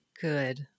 Good